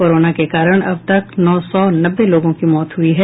corona के कारण अब तक नौ सौ नब्बे लोगों की मौत हुई है